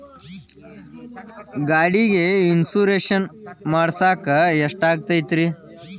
ಗಾಡಿಗೆ ಇನ್ಶೂರೆನ್ಸ್ ಮಾಡಸಾಕ ಎಷ್ಟಾಗತೈತ್ರಿ?